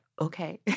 okay